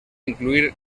incluir